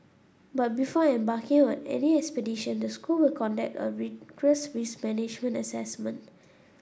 but before embarking on any expedition the school will conduct a rigorous risk management assessment